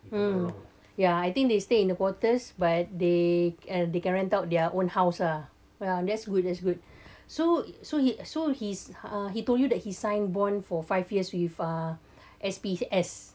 mm ya I think they stay in the quarters but they they can rent out their own house lah well that's good that's good so so he so he's uh he told you that he signed bond for five years with uh S_P_S